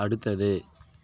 அடுத்தது